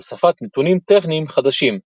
והוספת נתונים טכניים חדשים,